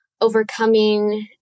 overcoming